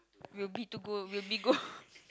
will be to go will be go